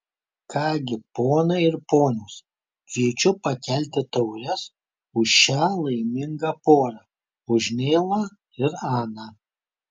ką gi ponai ir ponios kviečiu pakelti taures už šią laimingą porą už neilą ir aną